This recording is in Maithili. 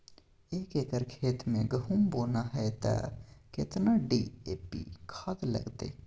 एक एकर खेत मे गहुम बोना है त केतना डी.ए.पी खाद लगतै?